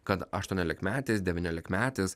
kad aštuoniolikmetis devyniolikmetis